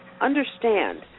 understand